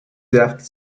depth